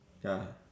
ya